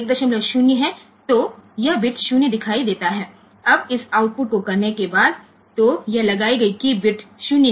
0 હોત તો આ બીટ દેખાય છે તે બીટ 0 બની જાય છે હવે આ આઉટપુટ કર્યા પછી તે મૂકેલી કી બીટ 0 છે